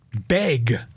beg